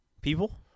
people